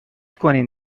کنین